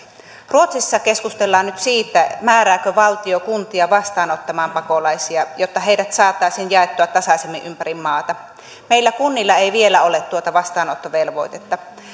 ruotsissa keskustellaan nyt siitä määrääkö valtio kuntia vastaanottamaan pakolaisia jotta heidät saataisiin jaettua tasaisemmin ympäri maata meillä ei kunnilla vielä ole tuota vastaanottovelvoitetta